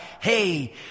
hey